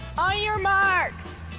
ah your marks.